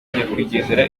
nyakwigendera